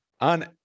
on